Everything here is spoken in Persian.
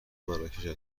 مراکش